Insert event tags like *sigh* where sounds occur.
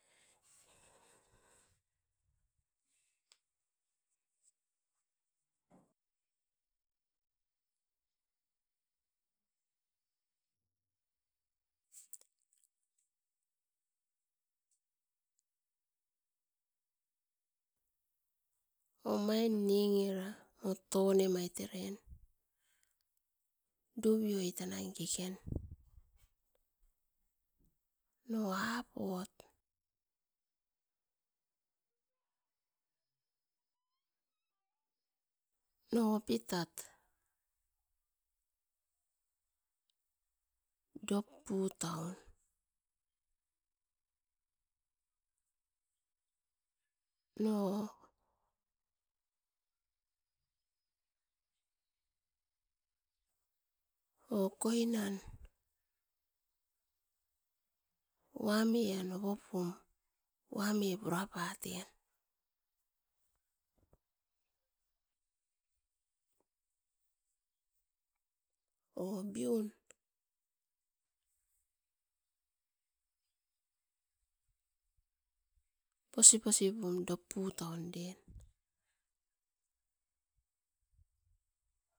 *noise* Omain ningera motonemait eren duviu oit tanai keken, no apuot, no wapitat, dop putaun no, o koinan wamian opopum wami purapatem *noise* o biun posiposipum doputaum den. *noise*